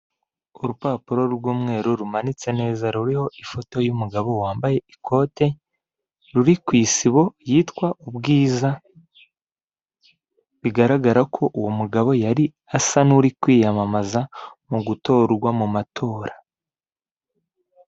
Urupapuro rw'umweru rumanitse neza ruriho ifoto y'umugabo wambaye ikote ruri ku isibo yitwa Ubwiza bigaragara ko uwo mugabo yari asa nk'uri kwiyamamaza mu gutorwa mu matora.